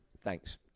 thanks